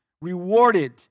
rewarded